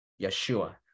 Yeshua